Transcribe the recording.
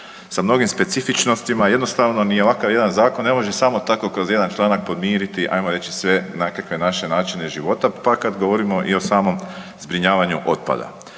sa mnogim specifičnostima jednostavno ni ovakav jedan zakon ne može samo tako kroz jedan članak podmiriti ajmo reći sve nekakve naše načine života pa kad govorimo i o samom zbrinjavanju otpada.